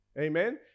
Amen